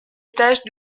étage